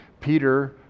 Peter